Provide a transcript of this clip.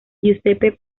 giuseppe